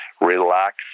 relax